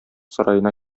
сараена